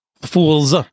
Fools